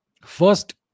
First